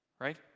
Right